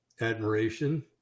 admiration